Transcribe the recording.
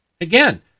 Again